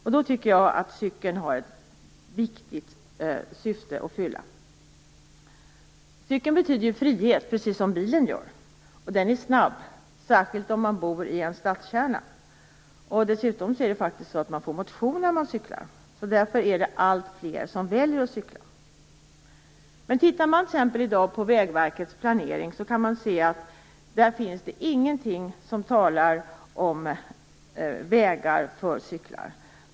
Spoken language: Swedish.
Jag tycker att cykeln fyller ett viktigt syfte i detta sammanhang. Cykeln betyder precis som bilen frihet, och cykeln är snabb, särskilt i en stadskärna. Dessutom får man faktiskt motion när man cyklar. Därför väljer också allt fler att cykla. Men om man tittar t.ex. på Vägverkets planering av i dag finner man ingenting om vägar för cyklar.